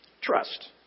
trust